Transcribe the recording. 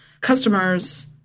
customers